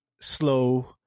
slow